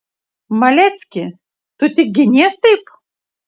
malecki tu tik ginies taip